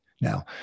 Now